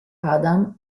adam